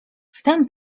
wtem